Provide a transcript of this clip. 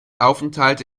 aufenthalte